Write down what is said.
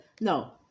no